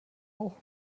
auch